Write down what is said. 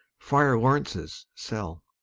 friar lawrence's cell.